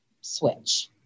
switch